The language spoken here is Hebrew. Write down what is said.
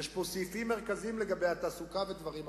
יש פה סעיפים מרכזיים לגבי התעסוקה ודברים אחרים.